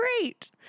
Great